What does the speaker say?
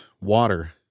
Water